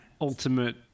ultimate